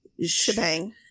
shebang